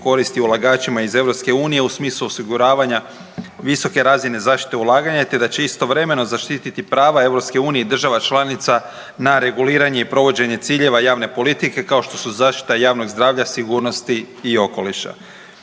koristi ulagačima iz EU u smislu osiguravanja visoke razine zaštite ulaganja, te da će istovremeno zaštititi prava EU i država članica na reguliranje i provođenje ciljeva javne politike kao što su zaštita javnog zdravlja, sigurnosti i okoliša.